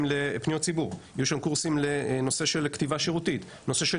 לפניות ציבור; יהיו שם קורסים לנושא של כתיבה שירותית; נושא של